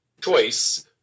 choice